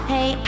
Hey